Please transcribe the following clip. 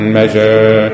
measure